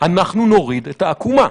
אנחנו נוריד את העקומה.